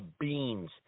beans